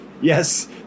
yes